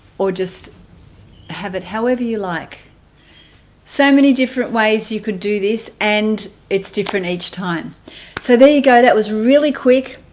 or just have it however you like so many different ways you could do this and it's different each time so there you go that was really quick